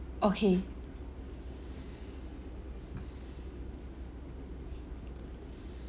okay